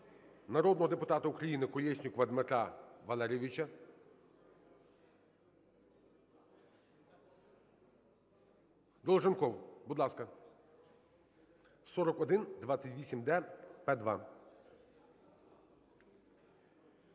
народного депутата України Колєснікова Дмитра Валерійовича. Долженков, будь ласка, 4128-д-П2.